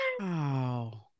Wow